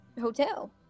hotel